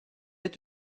est